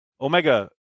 Omega